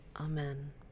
Amen